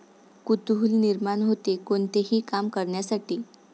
कुतूहल निर्माण होते, कोणतेही काम करण्यासाठी